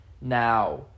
Now